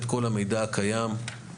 את כל המידע הקיים,